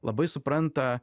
labai supranta